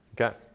Okay